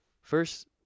First